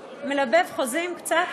"מלבב", "חוזים" קצת?